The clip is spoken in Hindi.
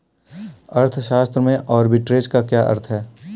अर्थशास्त्र में आर्बिट्रेज का क्या अर्थ है?